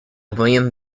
william